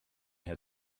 had